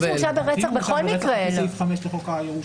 אם הוא הורשע ברצח לפי סעיף 5 לחוק הירושה,